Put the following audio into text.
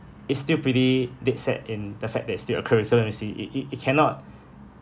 it's still pretty dead set in the fact that it's still a curriculum you see it it it cannot